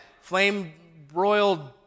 flame-broiled